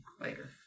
later